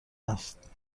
است